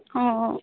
হ্যাঁ